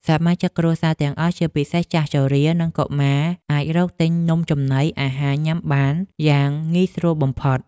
សមាជិកគ្រួសារទាំងអស់ជាពិសេសចាស់ជរា និងកុមារអាចរកទិញនំចំណីអាហារញ៉ាំបានយ៉ាងងាយស្រួលបំផុត។